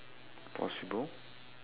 possible